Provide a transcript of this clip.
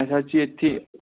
أسۍ حظ چھِ ییٚتھی